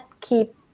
keep